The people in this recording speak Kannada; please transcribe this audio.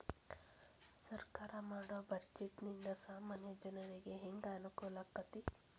ಸರ್ಕಾರಾ ಮಾಡೊ ಬಡ್ಜೆಟ ನಿಂದಾ ಸಾಮಾನ್ಯ ಜನರಿಗೆ ಹೆಂಗ ಅನುಕೂಲಕ್ಕತಿ?